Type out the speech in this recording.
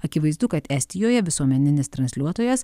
akivaizdu kad estijoje visuomeninis transliuotojas